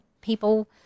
people